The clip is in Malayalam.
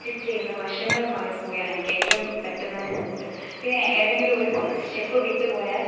സ്റ്റിച്ച് ചെയ്യുന്ന വശങ്ങൾ മാറിപ്പോകുകയാണ് എനിക്ക് ഏറ്റവും പറ്റുന്ന ഇത് പിന്നെ ഏതെങ്കിലും ഒരു സ്റ്റെപ്പ് വിട്ടു പോയാൽ